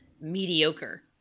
mediocre